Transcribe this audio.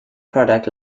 product